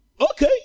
Okay